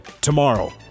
tomorrow